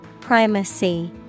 Primacy